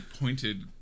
pointed